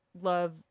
love